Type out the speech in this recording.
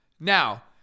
Now